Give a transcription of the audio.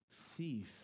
thief